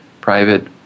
private